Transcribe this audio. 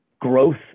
growth